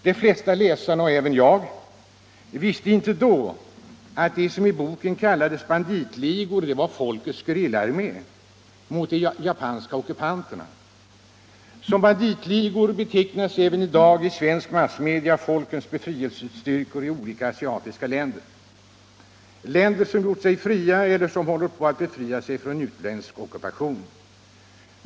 De flesta läsarna, och däribland jag, visste inte då att de som i boken kallades banditligor var folkets gerillaarméer mot de japanska ockupanterna. Som banditligor betecknas även i dag i svenska massmedia folkens befrielsestyrkor i olika asiatiska länder, där man befriat sig eller håller på att befria sig från utländsk ockupation.